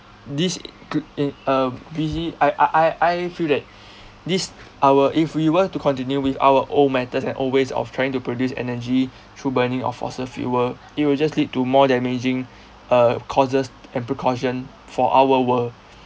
this cou~ in a busy I I I I feel that this our if we were to continue with our old methods and old ways of trying to produce energy through burning of fossil fuel it will just lead to more damaging uh causes and precaution for our world